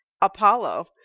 apollo